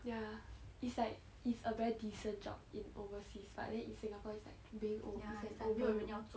ya it's like it's a very decent job in overseas but then in Singapore it's like being over what is it overlooked